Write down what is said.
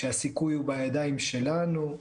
שהסיכוי הוא בידיים שלנו,